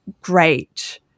great